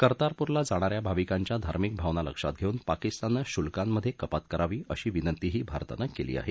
कर्रपूरला जाणा या भाविकांच्या धार्मिक भावना लक्षात घेऊन पाकिस्ताननं शुल्कांमधे कपात करावी अशी विनंती ही भारतानं केली आहे